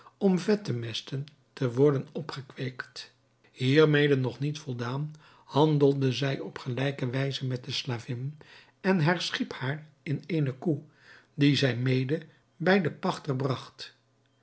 om vet te mesten te worden opgekweekt hiermede nog niet voldaan handelde zij op gelijke wijze met de slavin en herschiep haar in eene koe die zij mede bij den pachter bragt